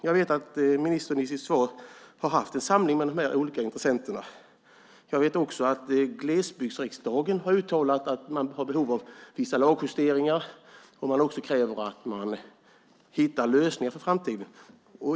Jag vet att ministern har haft en samling med de olika intressenterna. Jag vet också att glesbygdsriksdagen har uttalat att man har behov av vissa lagjusteringar. Man kräver också lösningar för framtiden.